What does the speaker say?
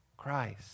Christ